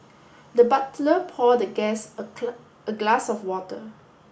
the butler pour the guest a a glass of water